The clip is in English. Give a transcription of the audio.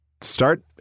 start